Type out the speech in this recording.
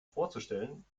vorzustellen